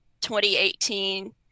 2018